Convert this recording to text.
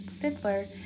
Fiddler